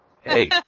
Hey